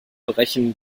brechen